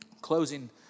Closing